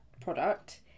product